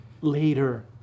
Later